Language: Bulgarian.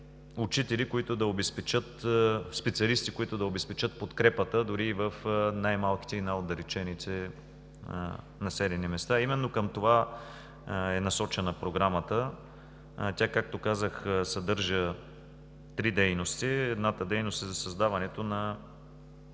имаме специалисти, които да обезпечат подкрепата, дори и в най-малките и най-отдалечените населени места. Именно към това е насочена Програмата. Тя, както казах, съдържа три дейности: едната е за създаването на